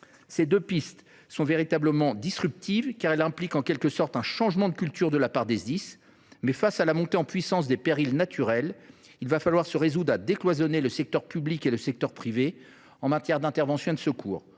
dernières pistes sont véritablement disruptives, car elles impliquent en quelque sorte un changement de culture de la part des Sdis. Mais, face à la montée en puissance des périls naturels, il va falloir se résoudre à décloisonner le secteur public et le secteur privé en matière d’intervention et de secours.